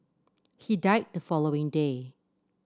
he died the following day